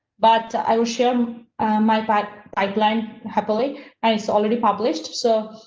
but i will share um my but pipeline heavily and it's already published. so.